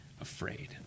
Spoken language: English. afraid